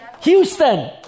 Houston